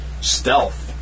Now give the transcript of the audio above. Stealth